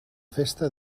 festa